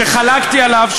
שחלקתי עליו,